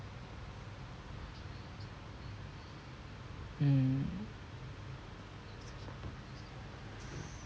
mm